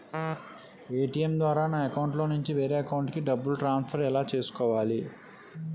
ATM ద్వారా నా అకౌంట్లోనుంచి వేరే అకౌంట్ కి డబ్బులు ట్రాన్సఫర్ ఎలా చేసుకోవాలి?